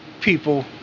people